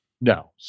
No